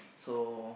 so